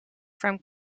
from